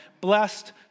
blessed